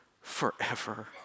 forever